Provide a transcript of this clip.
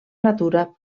natura